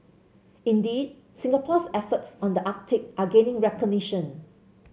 indeed Singapore's efforts on the Arctic are gaining recognition